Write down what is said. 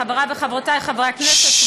חברי וחברותי חברי הכנסת,